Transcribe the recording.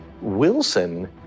Wilson